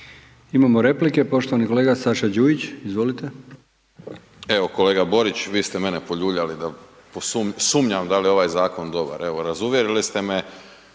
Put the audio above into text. Imamo replike, poštovani kolega Saša Đujić, izvolite. **Đujić, Saša (SDP)** Evo kolega Borić, vi ste mene poljuljali da posumnjam da li je ovaj zakon dobar. Evo razuvjerili ste me,